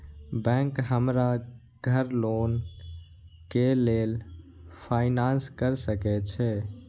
Bank हमरा घर loan के लेल फाईनांस कर सके छे?